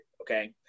okay